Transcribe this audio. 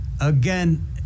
again